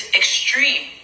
extreme